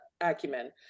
acumen